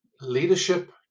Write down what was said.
leadership